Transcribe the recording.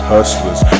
Hustlers